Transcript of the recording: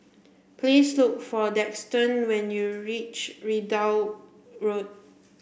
please look for Daxton when you reach Ridout Road